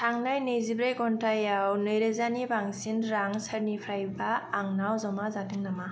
थांनाय नैजिब्रै घन्टायाव नैरोजानि बांसिन रां सोरनिफ्रायबा आंनाव जमा जादों नामा